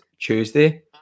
Tuesday